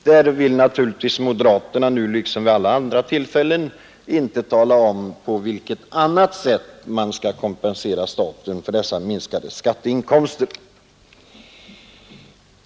Här vill naturligtvis moderaterna nu, liksom vid alla andra tillfällen, inte tala om på vilket annat sätt man skall kompensera staten för dessa minskade skatteinkomster.